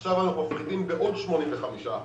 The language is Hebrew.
ועכשיו אנחנו מפחיתים בעוד 85 אחוזים.